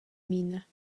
mines